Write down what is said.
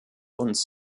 uns